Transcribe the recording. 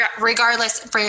regardless